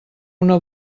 una